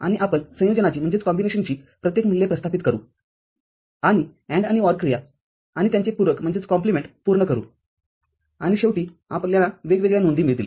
आणि आपण संयोजनाची प्रत्येक मूल्ये प्रतिस्थापित करू आणि AND आणि OR क्रिया आणि त्यांचे पूरक पूर्ण करू आणि शेवटी आपल्याला वेगवेगळ्या नोंदी मिळतील